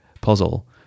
puzzle